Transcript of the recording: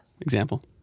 Example